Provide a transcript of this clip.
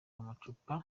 amacupa